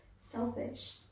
selfish